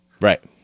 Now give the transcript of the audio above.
Right